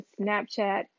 Snapchat